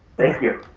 thank you.